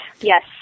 yes